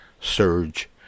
surge